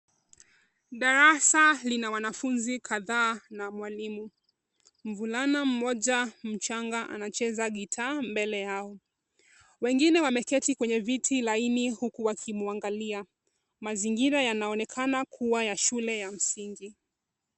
Darasa lina wanafunzi kadhaa na mwalimu. Mvulana mmoja mchanga anacheza guitar mbele yao. Wengine wameketi kwenye viti laini huku wakimwangalia. Mazingira yanaonekana kuwa ya shule ya msingi.